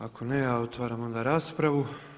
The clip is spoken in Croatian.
Ako ne ja otvaram onda raspravu.